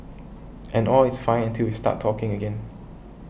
and all is fine until we start talking again